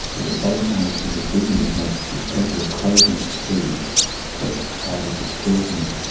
at the same time as she was receiving these medicines, which gave her a craving for food that was extraordinary,